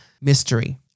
mystery